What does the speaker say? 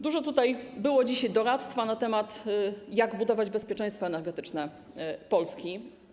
Dużo tutaj było dzisiaj doradztwa na temat tego, jak budować bezpieczeństwo energetyczne Polski.